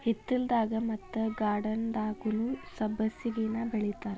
ಹಿತ್ತಲದಾಗ ಮತ್ತ ಗಾರ್ಡನ್ದಾಗುನೂ ಸಬ್ಬಸಿಗೆನಾ ಬೆಳಿತಾರ